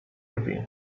drzwi